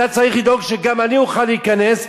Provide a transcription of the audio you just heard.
אתה צריך לדאוג שגם אני אוכל להיכנס,